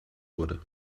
wurde